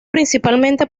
principalmente